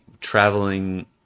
traveling